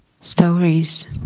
stories